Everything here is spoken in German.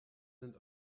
sind